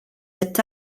cet